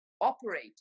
operate